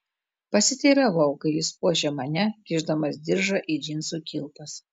pasiteiravau kai jis puošė mane kišdamas diržą į džinsų kilpas